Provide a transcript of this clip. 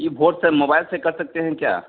ये भोट sir mobile से कर सकते हैं क्या